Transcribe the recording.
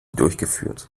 durchgeführt